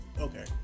Okay